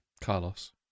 Carlos